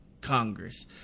congress